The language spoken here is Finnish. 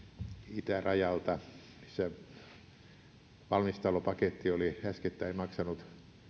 itärajalta missä valmistalopaketti oli äskettäin maksanut